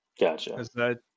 Gotcha